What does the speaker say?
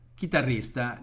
chitarrista